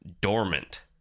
dormant